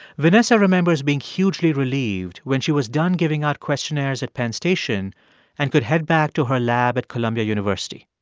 vanessa remembers being hugely relieved when she was done giving out questionnaires at penn station and could head back to her lab at columbia university.